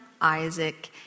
Isaac